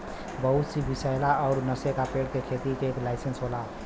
बहुत सी विसैला अउर नसे का पेड़ के खेती के लाइसेंस होला